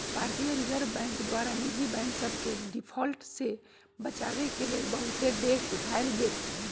भारतीय reserve bank द्वारा निजी बैंक सभके डिफॉल्ट से बचाबेके लेल बहुते डेग उठाएल गेल